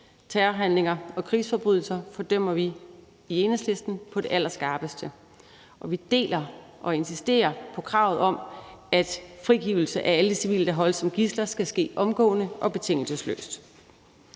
terrorhandlinger og krigsforbrydelser fordømmer vi i Enhedslisten på det allerskarpeste, og vi deler og insisterer på kravet om, at frigivelse af alle civile, der holdes som gidsler, skal ske omgående og betingelsesløst.